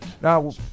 Now